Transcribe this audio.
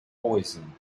poison